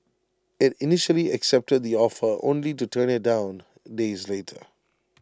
IT initially accepted the offer only to turn IT down days later